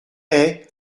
haies